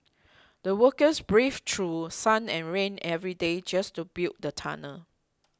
the workers braved through sun and rain every day just to build the tunnel